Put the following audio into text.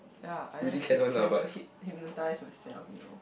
ya I just hate trying to hyp~ hypnotise myself you know